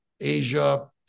Asia